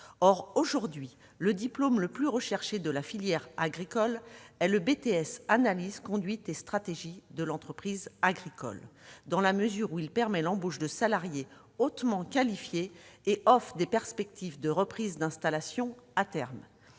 Or aujourd'hui le diplôme le plus recherché de la filière agricole est le BTS Analyse, conduite et stratégie de l'entreprise agricole, dans la mesure où il permet l'embauche de salariés hautement qualifiés et offre des perspectives de reprise d'installation à terme.